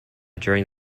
during